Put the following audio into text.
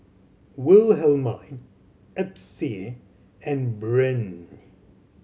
Wilhelmine Epsie and Breanne